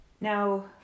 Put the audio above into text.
Now